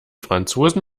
franzosen